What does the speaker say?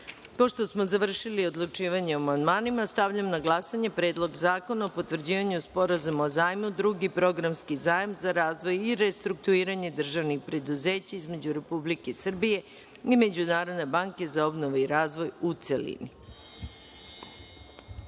smo završili sa odlučivanjem o amandmanima. Stavljam na glasanje Predlog zakona o potvrđivanju Sporazum o zajmu (Drugi programski zajam za razvoj i restrukturiranje državnih preduzeća) između Republike Srbije i Međunarodne banke za obnovu i razvoj, u